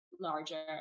larger